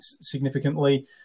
significantly